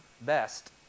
best